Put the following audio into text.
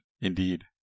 Indeed